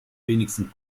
wenigsten